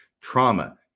trauma